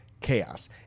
chaos